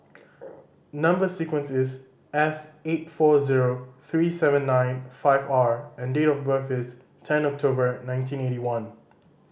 number sequence is S eight four zero three seven nine five R and date of birth is ten October nineteen eighty one